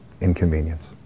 inconvenience